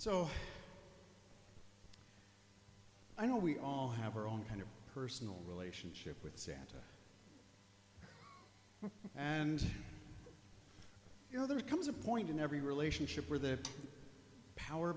so i know we all have our own kind of personal relationship with santa and you know there comes a point in every relationship where there power